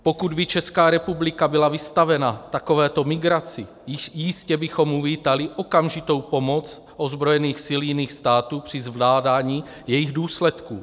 Pokud by Česká republika byla vystavena takovéto migraci, jistě bychom uvítali okamžitou pomoc ozbrojených sil jiných států při zvládání jejích důsledků.